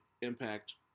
impact